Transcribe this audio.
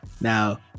Now